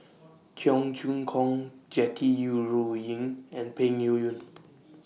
Cheong Choong Kong Jackie YOU Ru Ying and Peng Niuyun